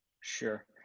Sure